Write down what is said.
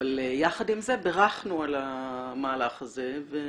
אבל יחד עם זה בירכנו על המהלך הזה והבנו